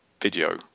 video